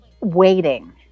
waiting